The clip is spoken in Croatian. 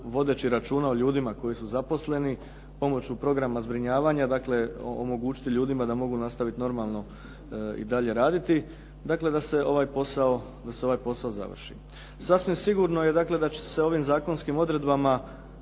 vodeći računa o ljudima koji su zaposleni pomoću programa zbrinjavanja, dakle omogućiti ljudima da mogu nastaviti normalno i dalje raditi. Dakle, da se ovaj posao završi. Sasvim sigurno je, dakle da će se ovim zakonskim odredbama